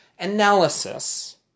analysis